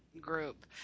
group